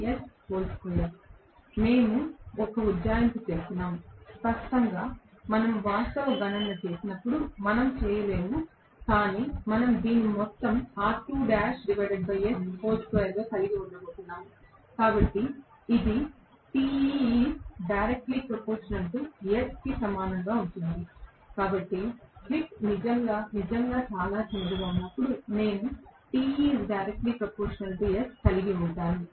నేను ఒక ఉజ్జాయింపు చేస్తున్నాను స్పష్టంగా మనము వాస్తవ గణన చేసినప్పుడు మనము చేయలేము కాని మనము దీనిని మొత్తం R2l S2 గా కలిగి ఉండబోతున్నాము కాబట్టి ఇది కి సమానంగా ఉంటుంది కాబట్టి స్లిప్ నిజంగా నిజంగా చిన్నదిగా ఉన్నప్పుడు నేను కలిగి ఉంటాను